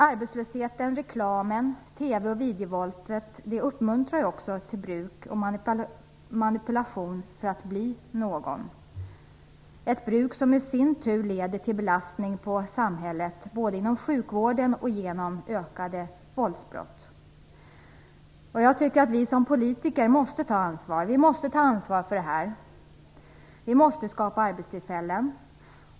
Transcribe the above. Arbetslösheten, reklamen och TV och videovåldet uppmuntrar till bruk och manipulation för att bli någon - ett bruk som i sin tur leder till en belastning på samhället inom sjukvården genom ökade våldsbrott. Jag anser att vi politiker måste ta ansvar här. Vi måste skapa arbetstillfällen.